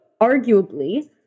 arguably